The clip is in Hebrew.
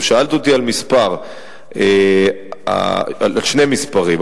שאלת אותי על מספר, על שני מספרים.